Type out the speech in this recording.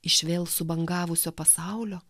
iš vėl subangavusio pasaulio